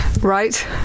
Right